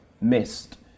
missed